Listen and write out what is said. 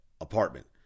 apartment